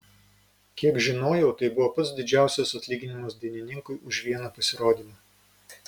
kiek žinojau tai buvo pats didžiausias atlyginimas dainininkui už vieną pasirodymą